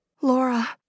Laura